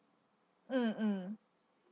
mm mm